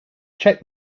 check